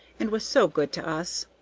and was so good to us.